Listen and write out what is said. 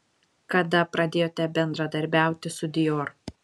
kada pradėjote bendradarbiauti su dior